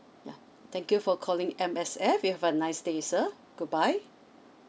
yeah thank you for calling M_S_F M_S_F you have a nice day sir goodbye